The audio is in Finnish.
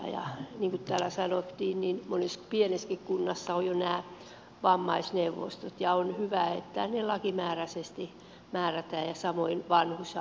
ja niin kuin täällä sanottiin monessa pienessäkin kunnassa on jo nämä vammaisneuvos tot ja on hyvä että ne lakimääräisesti määrätään ja samoin vanhus ja nuorisovaltuustot